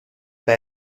bei